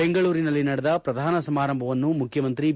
ಬೆಂಗಳೂರಿನಲ್ಲಿ ನಡೆದ ಪ್ರಧಾನ ಸಮಾರಂಭವನ್ನು ಮುಖ್ಯಮಂತ್ರಿ ಬಿ